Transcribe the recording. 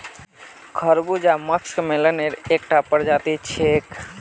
खरबूजा मस्कमेलनेर एकता प्रजाति छिके